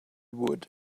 would